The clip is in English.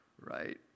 Right